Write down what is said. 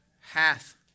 hath